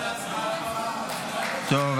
--- טוב.